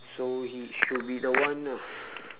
so he should be the one lah